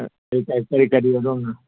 ꯀꯔꯤ ꯀꯔꯤ ꯑꯗꯣꯝꯅ